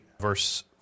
verse